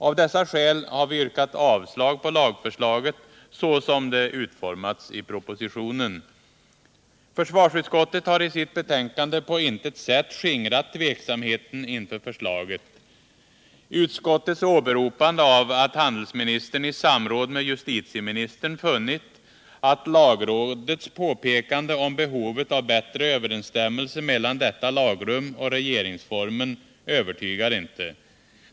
Av dessa skäl har vi yrkat avslag på lagförslaget såsom det utformats i propositionen. Försvarsutskottet har i sitt betänkande på intet sätt skingrat tveksamheten inför förslaget. Utskottets åberopande av att handelsministern i samråd med justitieministern funnit att lagrådets påpekanden om behovet av bättre överensstämmelse mellan detta lagrum och regeringsformen övertygar inte.